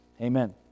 amen